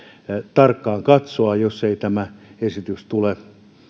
tarkkaan katsoa jos ei tämä esitys tule